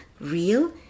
real